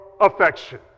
affection